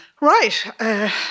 Right